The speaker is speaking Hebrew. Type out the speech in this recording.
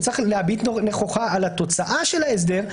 וצריך להביט נכוחה על התוצאה של ההסדר,